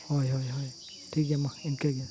ᱦᱳᱭ ᱦᱳᱭ ᱦᱳᱭ ᱴᱷᱤᱠ ᱜᱮᱭᱟ ᱢᱟ ᱤᱱᱠᱟᱹ ᱜᱮ